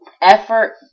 effort